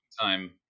time